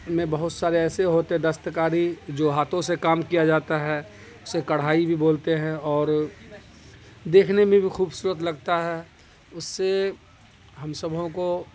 میں بہت سارے ایسے ہوتے دستکاری جو ہاتھوں سے کام کیا جاتا ہے اسے کڑھائی بھی بولتے ہیں اور دیکھنے میں بھی خوبصورت لگتا ہے اس سے ہم سبھوں کو